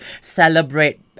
Celebrate